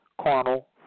carnal